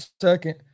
second